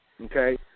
okay